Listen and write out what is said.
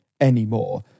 anymore